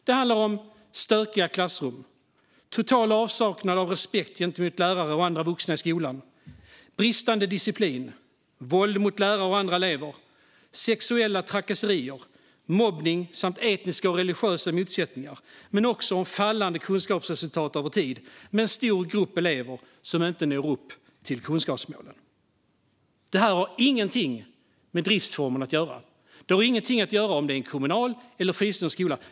Det handlar om stökiga klassrum, total avsaknad av respekt gentemot lärare och andra vuxna i skolan, bristande disciplin, våld mot lärare och andra elever, sexuella trakasserier, mobbning samt etniska och religiösa motsättningar. Det handlar också om fallande kunskapsresultat över tid och en stor grupp elever som inte når upp till kunskapsmålen. Det här har ingenting med driftsformen att göra. Det har ingenting att göra med om det är en kommunal eller en fristående skola.